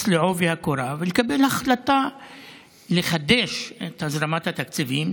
בעובי הקורה ולקבל החלטה לחדש את הזרמת התקציבים,